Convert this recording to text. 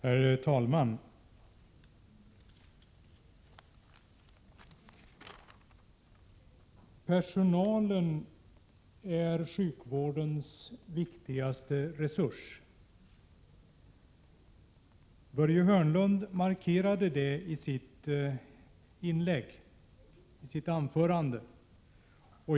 Herr talman! Personalen är sjukvårdens viktigaste resurs. Börje Hörnlund markerade detta i sitt anförande.